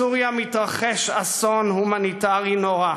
בסוריה מתרחש אסון הומניטרי נורא,